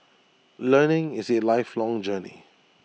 learning is A lifelong journey